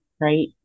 right